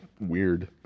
weird